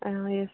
ആ എസ്